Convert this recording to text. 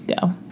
Go